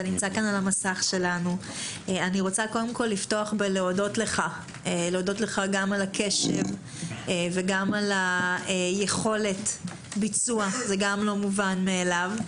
אני מודה לך גם על הקשב וגם על יכולת הביצוע גם לא מובן מאליו,